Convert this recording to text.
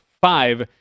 five